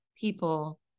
people